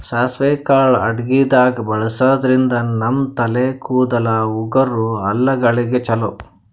ಸಾಸ್ವಿ ಕಾಳ್ ಅಡಗಿದಾಗ್ ಬಳಸಾದ್ರಿನ್ದ ನಮ್ ತಲೆ ಕೂದಲ, ಉಗುರ್, ಹಲ್ಲಗಳಿಗ್ ಛಲೋ